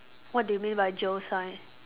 what do you mean by jail sign